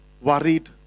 worried